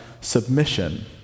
submission